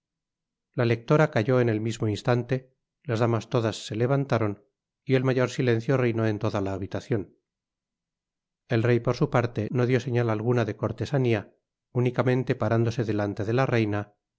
la lectora calló en el mismo instante las damas todas se levantaron y el mayor silencio reinó en toda la habitacion el rey por su parte no dió señal alguna de cortesanía únicamente parándose delante de la reina